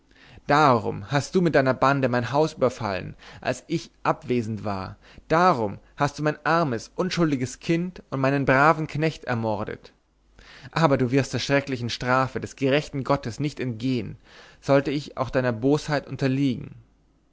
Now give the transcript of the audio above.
darum hast du mit deiner bande mein haus überfallen als ich abwesend war darum hast du mein armes unschuldiges kind und meinen braven knecht ermordet aber du wirst der schrecklichen strafe des gerechten gottes nicht entgehen sollte ich auch deiner bosheit unterliegen